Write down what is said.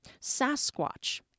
Sasquatch